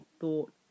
thought